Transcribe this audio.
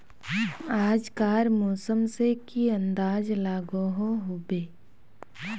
आज कार मौसम से की अंदाज लागोहो होबे?